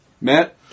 Matt